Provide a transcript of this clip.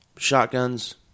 shotguns